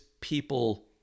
people